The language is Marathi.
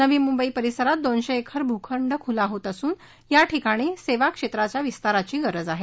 नवी मुंबई परिसरात दोनशे एकर भूखंड खुला होत असून या ठिकाणी सेवा क्षेत्राचा विस्तार होण्याची गरज आहे